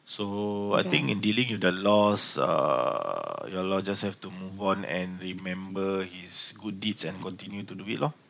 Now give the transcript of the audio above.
so I think in dealing with the loss uh ya lor just have to move on and remember his good deeds and continue to do it loh